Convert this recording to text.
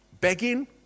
Begging